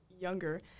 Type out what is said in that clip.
younger